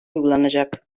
uygulanacak